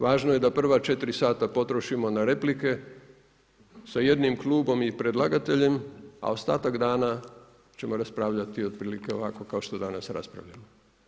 Važno je da prva četiri sata potrošimo na replike sa jednim klubom i predlagateljem a ostatak dana ćemo raspravljati otprilike ovako kao što danas raspravljamo.